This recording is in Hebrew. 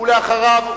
ולאחריו,